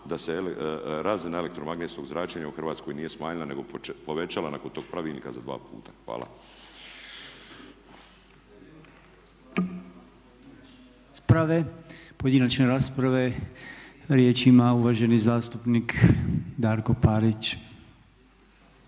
da se razina elektromagnetskog zračenja u Hrvatskoj nije smanjila nego povećala nakon tog pravilnika za dva puta. Hvala. **Podolnjak, Robert (MOST)** Pojedinačne rasprave. Riječ ima uvaženi zastupnik Darko Parić.